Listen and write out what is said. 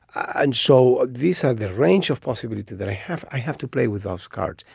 and so ah these are the range of possibilities that i have. i have to play with those cards.